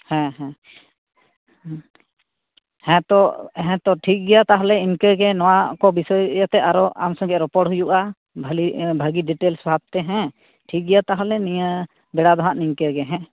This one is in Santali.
ᱦᱮᱸ ᱦᱮᱸ ᱦᱮᱸ ᱦᱮᱸᱛᱚ ᱦᱮᱸᱛᱚ ᱴᱷᱤᱠᱜᱮᱭᱟ ᱛᱟᱦᱞᱮ ᱤᱱᱠᱟᱹᱜᱮ ᱱᱚᱣᱟ ᱠᱚ ᱵᱤᱥᱚᱭ ᱤᱭᱟᱹ ᱛᱮ ᱟᱨᱚ ᱟᱢ ᱥᱚᱸᱜᱮ ᱨᱚᱯᱚᱲ ᱦᱩᱭᱩᱜᱼᱟ ᱵᱷᱟᱞᱤ ᱵᱷᱟᱞᱤ ᱰᱤᱴᱮᱞᱥ ᱵᱷᱟᱵᱛᱮ ᱦᱮᱸ ᱴᱷᱤᱠᱜᱮᱭᱟ ᱛᱟᱦᱚᱞᱮ ᱱᱤᱭᱟᱹᱵᱮᱲᱟ ᱫᱚ ᱦᱟᱸᱜ ᱱᱤᱝᱠᱟᱹᱜᱮ ᱦᱮᱸ